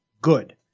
good